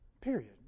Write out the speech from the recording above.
Period